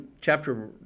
chapter